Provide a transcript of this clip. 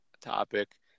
topic